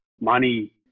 Money